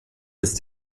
ist